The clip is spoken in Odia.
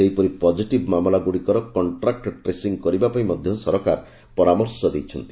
ସେହିପରି ପକ୍କିଟିଭ୍ ମାମଲା ଗୁଡ଼ିକର କଣ୍ଟ୍ରାକୁ ଟ୍ରେସିଂ କରିବା ପାଇଁ ମଧ୍ୟ ସରକାର ପରାମର୍ଶ ଦେଇଛନ୍ତି